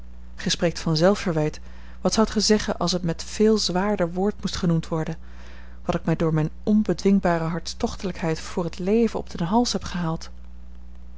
spreekt van zelfverwijt wat zoudt gij zeggen als het met veel zwaarder woord moest genoemd worden wat ik mij door mijne onbedwingbare hartstochtelijkheid voor het leven op den hals heb gehaald